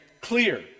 clear